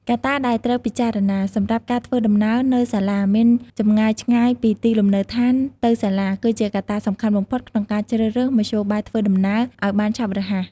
កត្តាដែលត្រូវពិចារណា សម្រាប់ការធ្វើដំណើរទៅសាលាមានចម្ងាយឆ្ងាយពីទីលំនៅដ្ឋានទៅសាលាគឺជាកត្តាសំខាន់បំផុតក្នុងការជ្រើសរើសមធ្យោបាយធ្វើដំណើរឱ្យបានឆាប់រហ័ស។